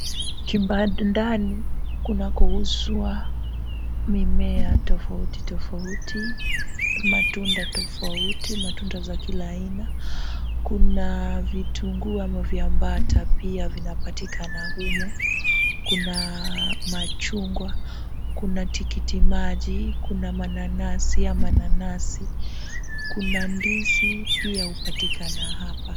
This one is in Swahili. Kibandani kunakouzwa mimea tofauti tofauti matunda tofauti, matunda za kila aina. Kuna vitunguu ama viambata pia vinapatikana humu, kuna machungwa, kuna tikiti maji, kuna mananasi ama nanasi, kuna ndizi pia hupatikana hapa.